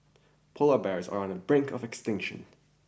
polar bears are on the brink of extinction